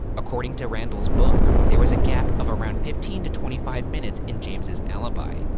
according to randall's book, there was a gap of around fifteen to twenty five minutes in james's alibi.